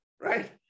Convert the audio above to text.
right